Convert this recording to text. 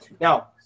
Now